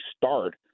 start